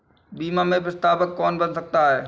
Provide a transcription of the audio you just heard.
बीमा में प्रस्तावक कौन बन सकता है?